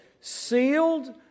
Sealed